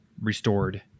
restored